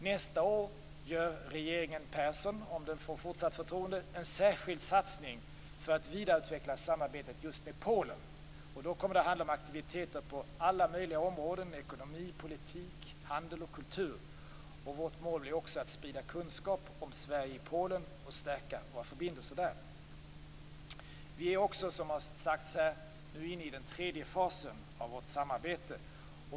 Nästa år gör regeringen Persson, om den får fortsatt förtroende, en särskild satsning för att vidareutveckla samarbetet just med Polen. Då kommer det att handla om aktiviteter på alla möjliga områden; ekonomi, politik, handel och kultur. Vårt mål blir också att sprida kunskap om Sverige i Polen och stärka våra förbindelser där. Som också har sagts här är vi nu inne i den tredje fasen av vårt samarbete.